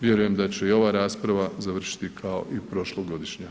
Vjerujem da će i ova rasprava završiti kao i prošlogodišnja.